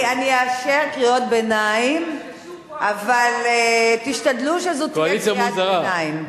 אני אאשר קריאות ביניים אבל תשתדלו שזו תהיה קריאת ביניים.